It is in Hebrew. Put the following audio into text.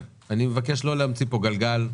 לא להמציא פה גלגל,